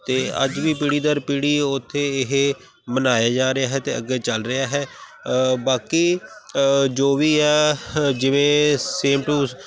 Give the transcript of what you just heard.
ਅਤੇ ਅੱਜ ਵੀ ਪੀੜੀ ਦਰ ਪੀੜੀ ਉੱਥੇ ਇਹ ਮਨਾਇਆ ਜਾ ਰਿਹਾ ਹੈ ਅਤੇ ਅੱਗੇ ਚੱਲ ਰਿਹਾ ਹੈ ਬਾਕੀ ਜੋ ਵੀ ਆ ਜਿਵੇਂ ਸੇਮ ਟੂ